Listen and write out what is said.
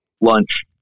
lunch